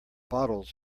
bottles